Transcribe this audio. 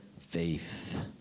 faith